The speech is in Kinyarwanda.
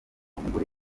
umugore